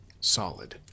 Solid